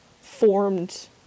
formed